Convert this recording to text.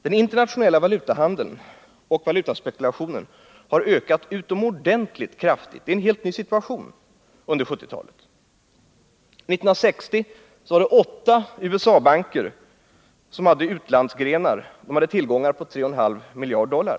Den internationella valutahandeln och valutaspekulationen har ökat utomordentligt kraftigt. Det är en helt ny situation som har uppstått under 1970-talet. År 1960 hade 8 USA-banker utlandsgrenar med tillgångar på 3,5 miljarder dollar.